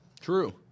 True